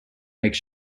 make